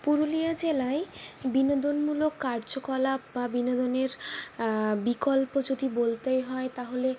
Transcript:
পুরুলিয়া জেলায় বিনোদনমূলক কার্যকলাপ বা বিনোদনের বিকল্প যদি বলতেই হয় তাহলে